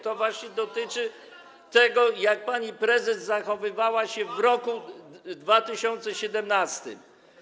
To właśnie dotyczy tego, jak pani prezes zachowywała się w roku 2017.